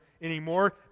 anymore